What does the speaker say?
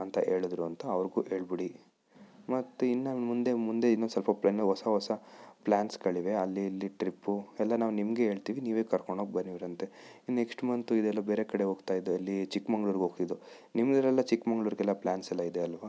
ಅಂತ ಹೇಳಿದ್ರು ಅಂತ ಅವ್ರಿಗೂ ಹೇಳಿಬಿಡಿ ಮತ್ತಿನ್ನೂ ಮುಂದೆ ಮುಂದೆ ಇನ್ನೂ ಸ್ವಲ್ಪ ಪ್ಲ್ಯಾನ್ ಹೊಸ ಹೊಸ ಪ್ಲ್ಯಾನ್ಸ್ಗಳಿವೆ ಅಲ್ಲಿ ಇಲ್ಲಿ ಟ್ರಿಪ್ಪು ಎಲ್ಲ ನಾವು ನಿಮಗೆ ಹೇಳ್ತೀವಿ ನೀವೇ ಕರ್ಕೊಂಡು ಹೋಗಿ ಬರುವಿರಂತೆ ಇನ್ನು ನೆಕ್ಸ್ಟ್ ಮಂತು ಇದೆಲ್ಲ ಬೇರೆ ಕಡೆಯಲ್ಲ ಹೋಗ್ತಾಯಿದ್ದೆ ಎಲ್ಲಿ ಚಿಕ್ಮಂಗ್ಳೂರಿಗೆ ಹೊಗ್ತಿದ್ದೆವು ನಿಮ್ಮ ಏರಿಯಾ ಚಿಕ್ಮಂಗ್ಳೂರಾಗೆಲ್ಲಾ ಪ್ಲಾನ್ಸ್ ಎಲ್ಲ ಇದೆ ಆಲ್ವಾ